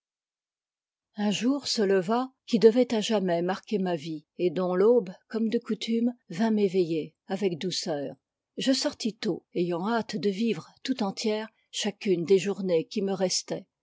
un jour se leva qui devait à jamais marquel ma vie et dont l'aube comme de coutume vint m'éveiller avec douceur je sortis tôt ayant hâte de vivre tout entière chacune des journées qui me restaient